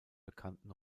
bekannten